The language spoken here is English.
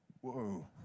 Whoa